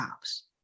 jobs